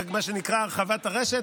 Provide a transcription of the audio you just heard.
נביא למה שנקרא הרחבת הרשת,